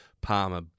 Palmer